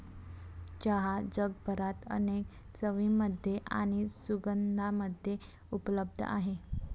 चहा जगभरात अनेक चवींमध्ये आणि सुगंधांमध्ये उपलब्ध आहे